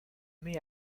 met